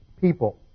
people